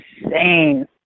insane